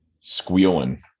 Squealing